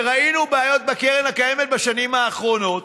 וראינו בעיות בקרן קיימת בשנים האחרונות,